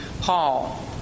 Paul